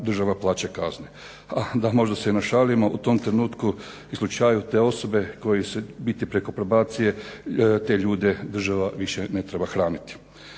država plaća kazne. A da, možda se i našalimo u tom trenutku i slučaju te osobe koje se ubiti preko prabacije, te ljude država više ne treba hraniti.